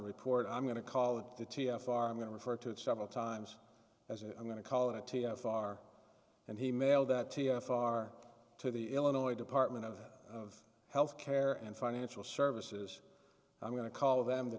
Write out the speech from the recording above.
report i'm going to call it the t f r i'm going to refer to it several times as a i'm going to call it a t f r and he mailed that far to the illinois department of health care and financial services i'm going to call them the